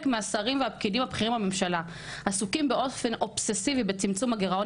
מהשרים והפקידים הבכירים עסוקים באופן אובססיבי בצמצום הגירעון